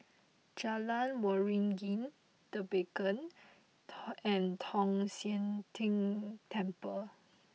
Jalan Waringin The Beacon and Tong Sian Tng Temple